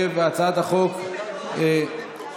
הצעת החוק עברה,